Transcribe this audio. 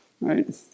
right